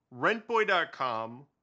rentboy.com